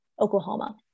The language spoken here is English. Oklahoma